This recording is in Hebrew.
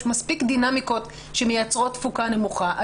מספיק דינמיקות שמייצרות תפוקה נמוכה.